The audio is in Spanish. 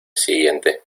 siguiente